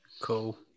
Cool